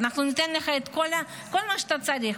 אנחנו ניתן לך את כל מה שאתה צריך,